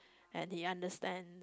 and he understand